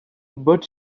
but